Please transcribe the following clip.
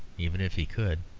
even if he could.